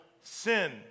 sin